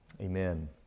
Amen